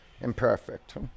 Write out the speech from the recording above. imperfect